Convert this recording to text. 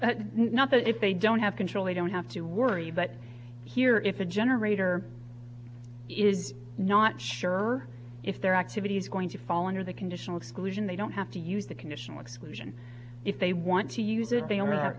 not that if they don't have control they don't have to worry but here if the generator not sure if they're activities going to fall under the conditional exclusion they don't have to use the conditional exclusion if they want to use it they are